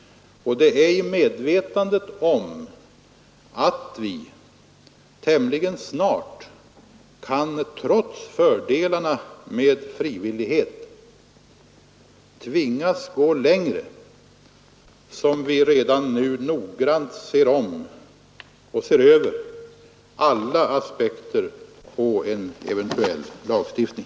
Det är i medvetandet om att vi tämligen snart kan tvingas gå längre — trots fördelarna med frivillighet — som vi redan nu noggrant ser över alla aspekter på en eventuell lagstiftning.